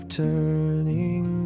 turning